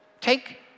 Take